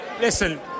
listen